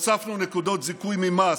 הוספנו נקודות זיכוי ממס,